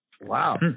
Wow